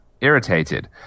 irritated